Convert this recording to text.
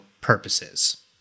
purposes